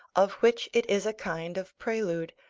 of which it is a kind of prelude,